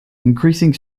increasing